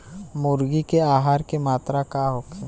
मुर्गी के आहार के मात्रा का होखे?